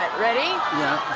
ready? yeah.